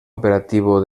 operativo